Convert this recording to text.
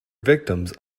victims